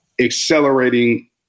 accelerating